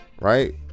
right